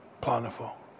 plentiful